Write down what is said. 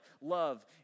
love